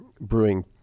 brewing